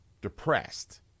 depressed